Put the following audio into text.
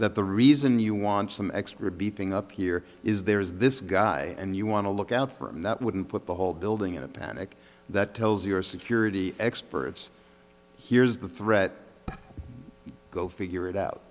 the reason you want some extra beefing up here is there is this guy and you want to look out for him that wouldn't put the whole building in a panic that tells your security experts here's the threat go figure it out